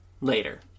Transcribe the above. later